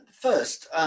first